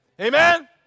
Amen